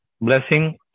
blessing